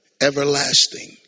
everlasting